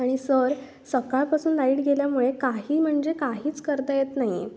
आणि सर सकाळपासून लाईट गेल्यामुळे काही म्हणजे काहीच करता येत नाही